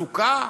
הסוכה?